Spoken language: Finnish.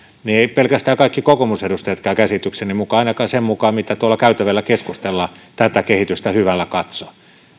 eivät pelkästään kaikki kokoomusedustajatkaan käsitykseni mukaan ainakaan sen mukaan mitä tuolla käytävillä keskustellaan tätä kehitystä hyvällä katso